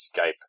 Skype